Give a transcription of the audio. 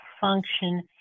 function